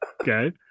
okay